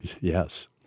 Yes